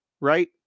right